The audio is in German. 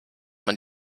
man